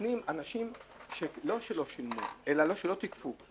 אנשים שלא תיקפו,